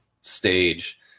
stage